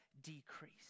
decrease